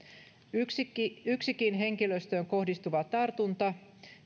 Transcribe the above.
yksikin yksikin henkilöstöön kohdistuva tartunta